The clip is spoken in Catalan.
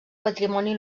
patrimoni